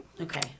Okay